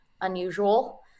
unusual